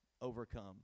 overcome